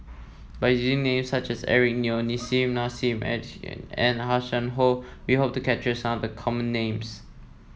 by using names such as Eric Neo Nissim Nassim Adis and Hanson Ho we hope to capture some of the common names